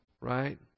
right